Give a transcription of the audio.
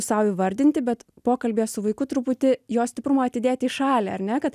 sau įvardinti bet pokalbyje su vaiku truputį jo stiprumą atidėti į šalį ar ne kad